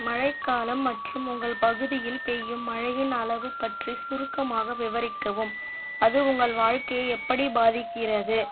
மழைக்காலம் மற்றும் உங்கள் பகுதியில் பெய்யும் மழையின் அளவு பற்றி சுருக்கமாக விவரிக்கவும் அது உங்கள் வாழ்க்கையை எப்படி பாதிக்கிறது